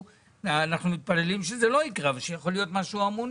אנחנו מתפללים שזה לא יקרה אבל שיכול להיות משהו המוני.